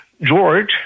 George